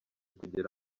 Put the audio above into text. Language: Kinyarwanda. kugera